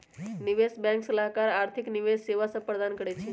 निवेश बैंक सलाहकार आर्थिक निवेश सेवा सभ प्रदान करइ छै